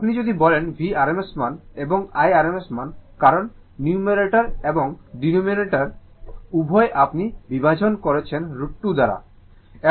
আপনি যদি বলেন V rms মান এবং I rms মান কারণ নিউমারেটর এবং ডেনোমিনেটর উভয়ই আপনি বিভাজন করছেন √2 দ্বারা